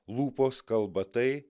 lūpos kalba tai